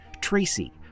Tracy